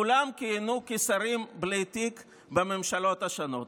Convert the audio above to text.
כולם כיהנו כשרים בלי תיק בממשלות שונות.